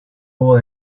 hubo